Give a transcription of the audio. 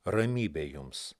ramybė jums